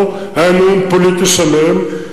פה היה נאום פוליטי שלם,